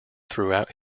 throughout